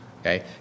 okay